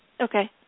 Okay